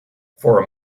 for